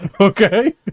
Okay